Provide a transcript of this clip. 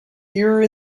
here